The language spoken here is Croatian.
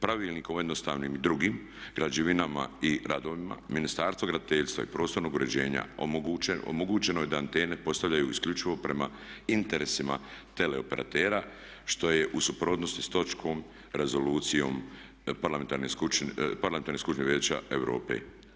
Pravilnikom o jednostavnim i drugim građevinama i radovima Ministarstva graditeljstva i prostornog uređenja omogućeno je da antene postavljaju isključivo prema interesima teleoperatera što je u suprotnosti s točkom Rezolucije Parlamentarne skupštine Vijeća Europe.